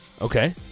Okay